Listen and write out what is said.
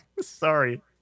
Sorry